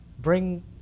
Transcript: Bring